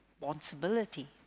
responsibility